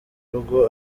rugo